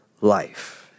life